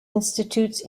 institutes